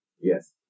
Yes